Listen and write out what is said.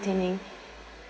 entertaining